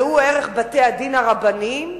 ראו ערך: בתי-הדין הרבניים.